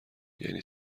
یعنی